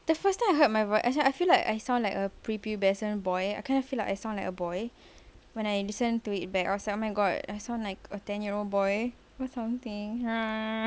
the first time I heard my voice as in I feel like I sound like a preadolescent boy I kind of feel like I sound like a boy when I listen to it by myself my god I sound like a ten year old boy or something uh